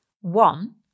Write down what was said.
one